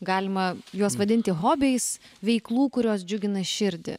galima juos vadinti hobiais veiklų kurios džiugina širdį